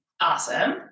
Awesome